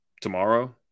tomorrow